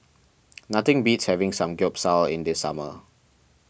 nothing beats having Samgeyopsal in the summer